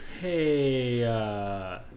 Hey